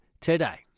today